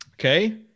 Okay